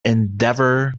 endeavour